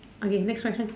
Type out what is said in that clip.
okay next question